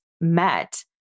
met